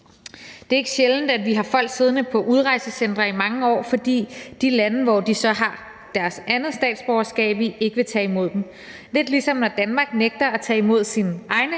Det er ikke sjældent, at vi har folk siddende på udrejsecentre i mange år, fordi de lande, de har deres andet statsborgerskab i, ikke vil tage imod dem. Det er lidt, ligesom når Danmark nægter at tage imod sine egne